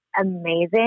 amazing